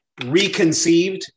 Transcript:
reconceived